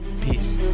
peace